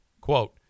quote